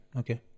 okay